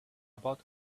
about